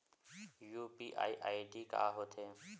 UPI ID का होथे?